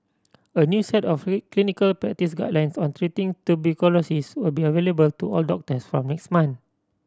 a new set of clinical practice guidelines on treating tuberculosis will be available to all doctors from next month